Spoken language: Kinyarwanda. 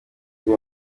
dieu